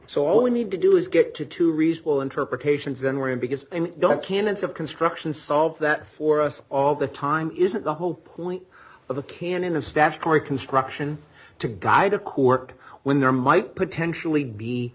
so all we need to do is get to two reasonable interpretations then we're in because and don't canons of construction solve that for us all the time isn't the whole point of a canon of statutory construction to guide a court when there might potentially be